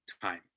time